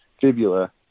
fibula